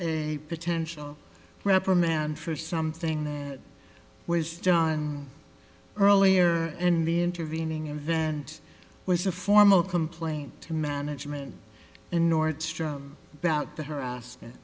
a potential reprimand for something that was done earlier in the intervening event was a formal complaint to management and nordstrom about the harassment